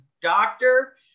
doctor